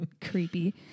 Creepy